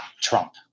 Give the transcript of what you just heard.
Trump